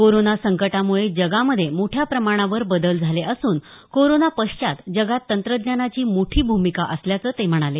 corona संकटाम्ळे जगामधे मोठ्या प्रमाणावर बदल झाले असून कोरोनापश्चात जगात तंत्रज्ञानाची मोठी भूमिका असल्याचं ते म्हणाले